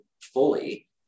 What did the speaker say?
fully